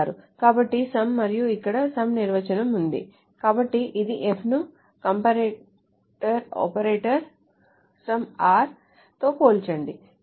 కాబట్టి some మరియు ఇక్కడ some నిర్వచనం ఉంది కాబట్టి ఇది F ను కంపరేటర్ ఆపరేటర్ some r తో పోల్చండి